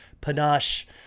panache